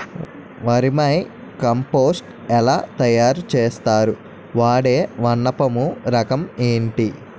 Vermi compost ఎలా తయారు చేస్తారు? వాడే వానపము రకం ఏంటి?